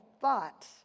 thought